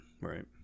Right